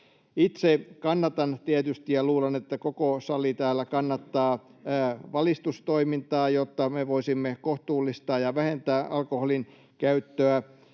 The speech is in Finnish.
Itse kannatan tietysti — ja luulen, että koko sali täällä kannattaa — valistustoimintaa, jotta me voisimme kohtuullistaa ja vähentää alkoholin käyttöä.